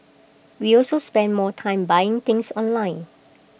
we also spend more time buying things online